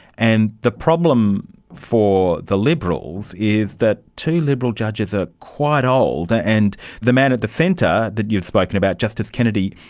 and the problem for the liberals is that two liberal judges are quite old, and the man at the centre that you've spoken about, justice kennedy,